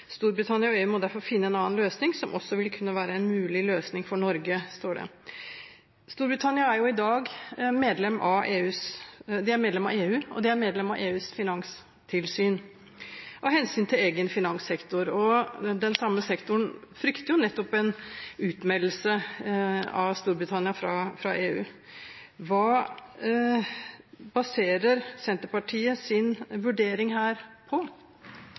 Storbritannia vil godta en slik suverenitetsoverføring til EU». «Storbritannia og EU må derfor finne en annen løsning, som også vil kunne være en mulig løsning for Norge», står det. Storbritannia er i dag medlem av EU, og de er medlem av EUs finanstilsyn av hensyn til egen finanssektor. Den samme sektoren frykter nettopp en utmeldelse av EU fra Storbritannia. Hva baserer Senterpartiet sin vurdering her på?